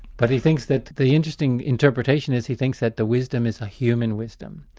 but he thinks that the interesting interpretation is. he thinks that the wisdom is a human wisdom.